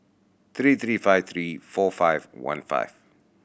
three three five three four five one five